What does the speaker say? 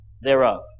thereof